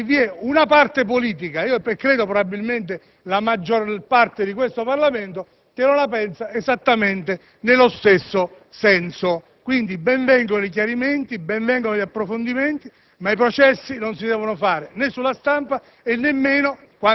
che vi è una parte politica (probabilmente la maggior parte di questo Parlamento) che non la pensa esattamente nello stesso senso. Ben vengano i chiarimenti e gli approfondimenti, ma i processi non si devono svolgere né sulla stampa e nemmeno,